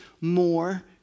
more